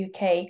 UK